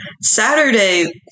Saturday